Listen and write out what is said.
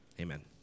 amen